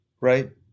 Right